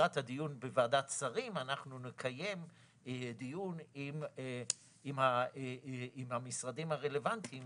לקראת הדיון בוועדת שרים נקיים דיון עם המשרדים הרלוונטיים